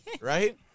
right